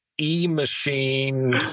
e-machine